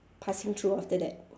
passing through after that